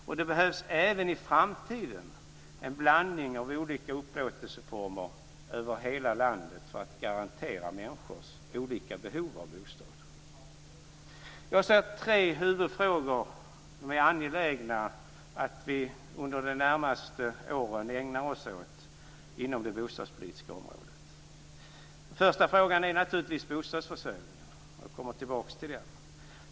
Och det behövs även i framtiden en blandning av olika upplåtelseformer över hela landet för att garantera människors olika behov av bostäder. Jag ser tre huvudfrågor som det är angeläget att vi under de närmaste åren ägnar oss åt inom det bostadspolitiska området. Den första frågan är naturligtvis bostadsförsörjningen. Jag återkommer till den.